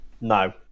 no